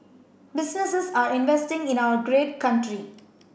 businesses are investing in our great country